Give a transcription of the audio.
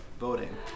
voting